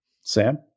Sam